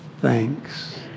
thanks